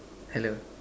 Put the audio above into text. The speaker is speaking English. hello